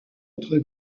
entre